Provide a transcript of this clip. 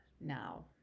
now